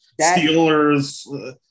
Steelers